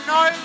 no